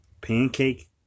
Pancake